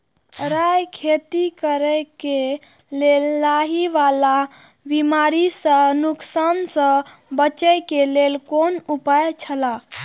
राय के खेती करे के लेल लाहि वाला बिमारी स नुकसान स बचे के लेल कोन उपाय छला?